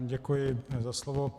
Děkuji za slovo.